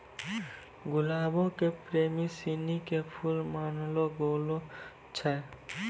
गुलाबो के प्रेमी सिनी के फुल मानलो गेलो छै